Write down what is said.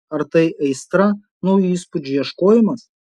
ar tai aistra naujų įspūdžių ieškojimas